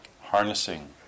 harnessing